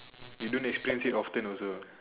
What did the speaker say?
you do next clean sheet often also